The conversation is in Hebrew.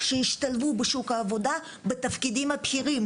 שהשתלבו בשוק העבודה בתפקידים הבכירים